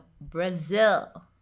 Brazil